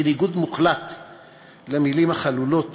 בניגוד מוחלט למילים החלולות